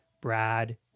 Brad